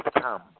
come